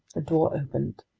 a door opened,